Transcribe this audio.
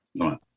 Right